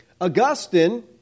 Augustine